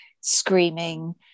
screaming